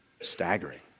staggering